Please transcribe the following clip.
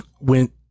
went